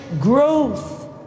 growth